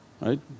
Right